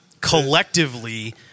collectively